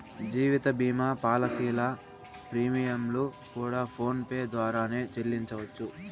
జీవిత భీమా పాలసీల ప్రీమియంలు కూడా ఫోన్ పే ద్వారానే సెల్లించవచ్చు